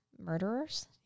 murderers